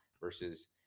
versus